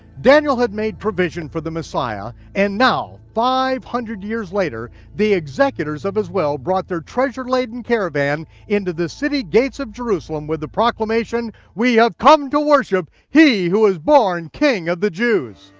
daniel had made provision for the messiah and now, five hundred years later, the executors of his will brought their treasure-laden caravan into the city gates of jerusalem with the proclamation we have come to worship he who is born king of the jews.